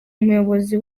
umuyobozi